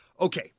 okay